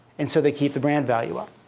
and so they keep the brand value up.